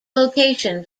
location